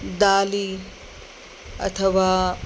दालि अथवा